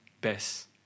best